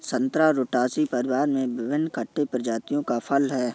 संतरा रुटासी परिवार में विभिन्न खट्टे प्रजातियों का फल है